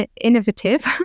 innovative